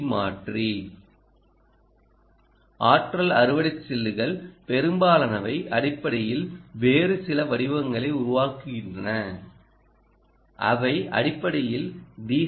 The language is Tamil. சி மாற்றி ஆற்றல் அறுவடை சில்லுகள் பெரும்பாலானவை அடிப்படையில் வேறு சில வடிவங்களை உருவாக்குகின்றன அவை அடிப்படையில் டி